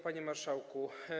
Panie Marszałku!